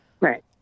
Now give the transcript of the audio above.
Right